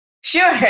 Sure